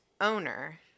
owner